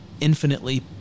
infinitely